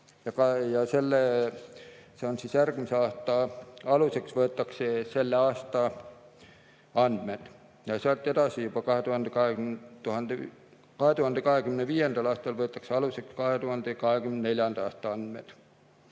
ning järgmise aasta aluseks võetakse selle aasta andmed. Sealt edasi, 2025. aastal võetakse aluseks 2024. aasta andmed.